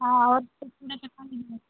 हाँ और